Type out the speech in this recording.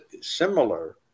similar